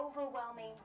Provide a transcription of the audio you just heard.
overwhelming